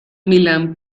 milán